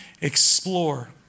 explore